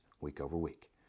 week-over-week